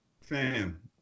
Fam